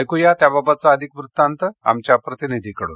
ऐकूया याबाबतचा अधिक वृत्तांत आमच्या प्रतिनिधीकडून